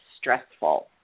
stressful